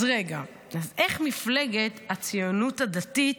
אז רגע, אז איך מפלגת הציונות הדתית